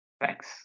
Thanks